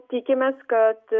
tikimės kad